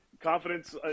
confidence